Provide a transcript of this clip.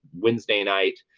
wednesday night